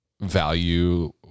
value